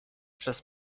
przez